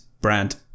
brand